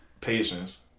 Patience